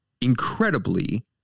incredibly